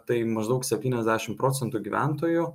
tai maždaug septyniasdešimt procentų gyventojų